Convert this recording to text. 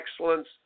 excellence